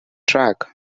track